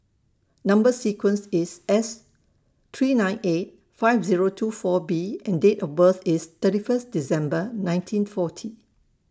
Number sequence IS S three nine eight five Zero two four B and Date of birth IS thirty First December nineteen forty